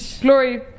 glory